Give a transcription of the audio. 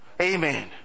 Amen